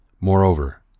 Moreover